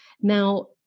Now